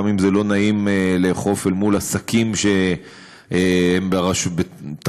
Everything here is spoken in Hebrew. גם אם זה לא נעים לאכוף על עסקים שהם תחתיך,